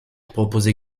propose